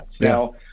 now